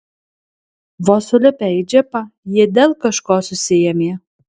vos sulipę į džipą jie dėl kažko susiėmė